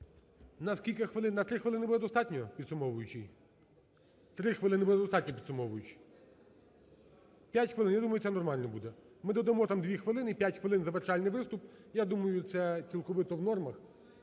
На скільки хвилин? На три хвилини буде достатньо підсумовуючий? Три хвилини буде достатньо підсумовуючий? П'ять хвилин, я думаю, це нормально буде. Ми додамо там дві хвилини і п'ять хвилин – завершальний виступ, я думаю, це цілковито в нормах.